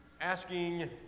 Asking